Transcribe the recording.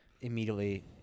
immediately